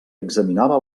examinava